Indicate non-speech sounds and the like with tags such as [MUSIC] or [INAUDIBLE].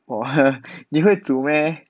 !wah! [LAUGHS] 你会煮 meh